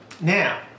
Now